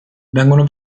vengono